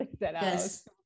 Yes